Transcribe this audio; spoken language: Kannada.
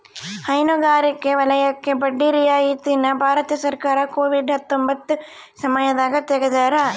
ಹೈನುಗಾರಿಕೆ ವಲಯಕ್ಕೆ ಬಡ್ಡಿ ರಿಯಾಯಿತಿ ನ ಭಾರತ ಸರ್ಕಾರ ಕೋವಿಡ್ ಹತ್ತೊಂಬತ್ತ ಸಮಯದಾಗ ತೆಗ್ದಾರ